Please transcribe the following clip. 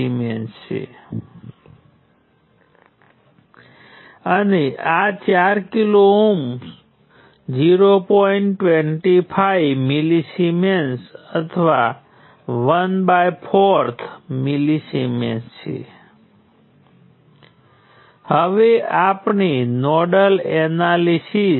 હવે જ્યારે મેં કહ્યું કે તે રેઝિસ્ટર જેવું જ છે તો તેનો અર્થ એ કે જો નોડ 1 અને નોડ 2 વચ્ચે રેઝિસ્ટન્સ જોડાયેલ હોય અને નોડ 1 અને નોડ 2 વચ્ચેનો વોલ્ટેજ તફાવત Vx હોય તો રેઝિસ્ટર માંથી પસાર થતો કરંટ GVx હશે જ્યાં G એ કંડક્ટન્સ છે